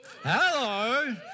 Hello